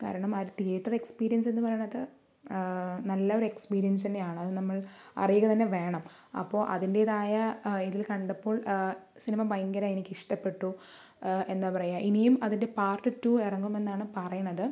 കാരണം ആ ഒരു തിയേറ്റർ എക്സ്പീരിയൻസ് എന്ന് പറയണത് നല്ലൊരു എക്സ്പീരിയൻസ് തന്നെയാണ് അത് നമ്മൾ അറിയുക തന്നെ വേണം അപ്പോൾ അതിൻ്റെതായ ഇതില് കണ്ടപ്പോൾ സിനിമ ഭയങ്കര എനിക്ക് ഇഷ്ടപ്പെട്ടു എന്താ പറയുക ഇനിയും അതിൻ്റെ പാർട്ട് ടു ഇറങ്ങും എന്നാണ് പറയണത്